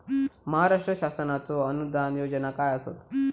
महाराष्ट्र शासनाचो अनुदान योजना काय आसत?